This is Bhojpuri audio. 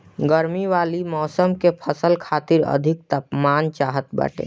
गरमी वाला मौसम के फसल खातिर अधिक तापमान चाहत बाटे